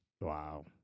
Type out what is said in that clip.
wow